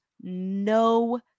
no